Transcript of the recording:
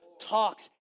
talks